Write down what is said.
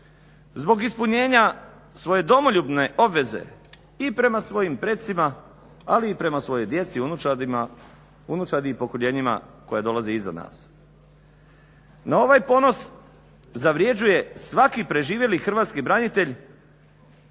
zbog ispunjenja svoje domoljubne obveze i prema svojim precima, ali i prema svojoj djeci, unučadi i pokoljenjima koja dolaze iza nas. No ovaj ponos zavrjeđuje svaki preživjeli hrvatski branitelj